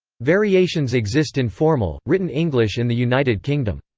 variations exist in formal, written english in the united kingdom.